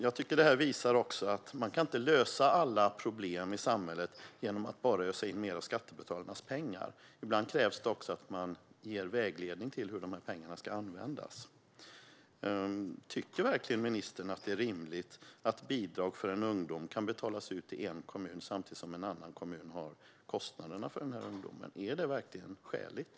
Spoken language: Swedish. Jag tycker att detta också visar att man inte kan lösa alla problem i samhället genom att bara ösa in mer av skattebetalarnas pengar. Ibland krävs det också att man ger vägledning till hur dessa pengar ska användas. Tycker verkligen ministern att det är rimligt att bidrag för ungdomar kan betalas ut till en kommun samtidigt som en annan kommun har kostnaderna för dessa ungdomar? Är det verkligen skäligt?